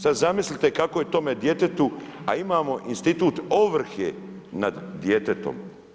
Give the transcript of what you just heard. Sada zamislite kako je tome djetetu, a imamo institut ovrhe nad djetetom.